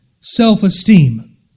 self-esteem